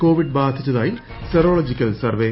Covid ബാധിച്ചതായി serological survey